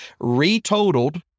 retotaled